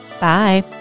Bye